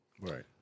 Right